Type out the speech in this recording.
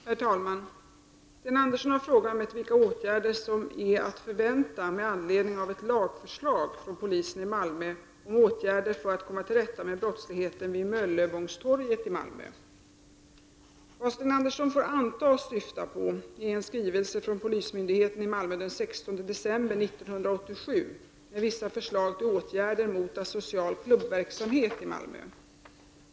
Herr talman! Sten Andersson i Malmö har frågat mig vilka åtgärder som är att förvänta med anledning av ett lagförslag från polisen i Malmö om åtgärder för att komma till rätta med brottsligheten vid Möllevångstorget i Malmö. Vad Sten Andersson får antas syfta på är en skrivelse från polismyndigheten i Malmö den 16 december 1987 med vissa förslag till åtgärder mot asocial klubbverksamhet i Malmö.